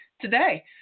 today